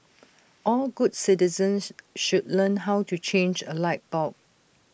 all good citizens should learn how to change A light bulb